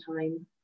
time